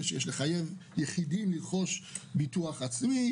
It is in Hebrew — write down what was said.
ושיש לחייב יחידים לרכוש ביטוח עצמי.